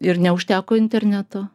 ir neužteko interneto